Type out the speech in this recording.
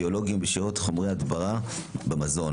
ביולוגיים ובשאריות חומרי הדברה במזון.